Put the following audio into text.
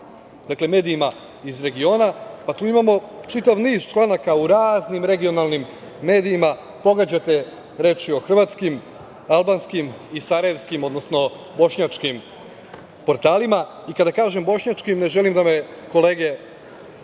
medijima iz regiona, pa tu imamo čitav niz članaka u raznim regionalnim medijima, pogađate, reč je o hrvatskim, albanskim i sarajevskim, odnosno bošnjačkim portalima. Kada kažem "bošnjački", ne želim da me kolege koji